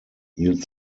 hielt